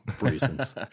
reasons